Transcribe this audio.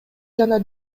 жана